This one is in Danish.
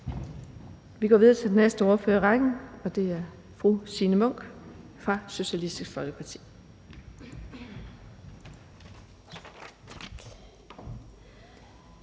Vi går videre til den næste ordfører i rækken, og det er fru Signe Munk fra Socialistisk Folkeparti.